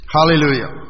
Hallelujah